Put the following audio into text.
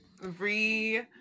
re